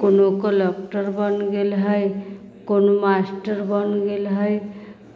कोनो कलेक्टर बनि गेल हइ कोनो मास्टर बनि गेल हइ